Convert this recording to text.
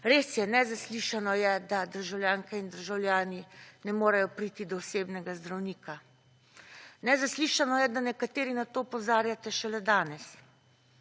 Res je, nezaslišano je, da državljanke in državljani ne morejo priti do osebnega zdravnika. Nezaslišano je, da nekateri na to opozarjate šele danes,